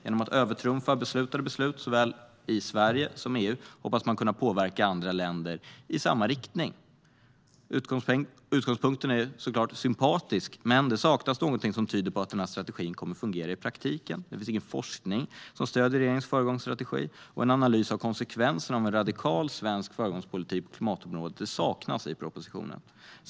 Genom att övertrumfa mål som beslutats såväl i Sverige som i EU hoppas man kunna påverka andra länder att gå i samma riktning. Utgångspunkten är såklart sympatisk, men det saknas någonting som tyder på att denna strategi kommer att fungera i praktiken. Det finns ingen forskning som stöder regeringens föregångsstrategi, och en analys av konsekvenserna av en radikal svensk föregångspolitik på klimatområdet saknas i propositionen.